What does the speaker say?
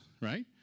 right